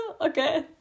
okay